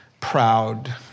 proud